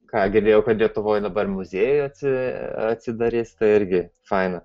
ką girdėjau kad lietuvoj dabar muziejai atsi atsidarys tai irgi faina